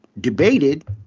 debated